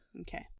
Okay